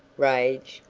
rage,